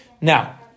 Now